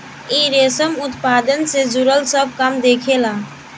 इ रेशम उत्पादन से जुड़ल सब काम देखेला